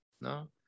no